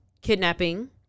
kidnapping